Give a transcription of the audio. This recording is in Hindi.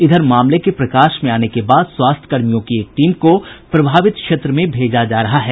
इधर मामले के प्रकाश में आने के बाद स्वास्थ्य कर्मियों की एक टीम को प्रभावित क्षेत्र में भेजा जा रहा है